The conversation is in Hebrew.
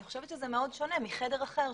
אני חושבת שזה מאוד שונה מחדר אחר,